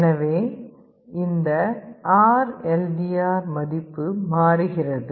எனவே இந்த RLDR மதிப்பு மாறுகிறது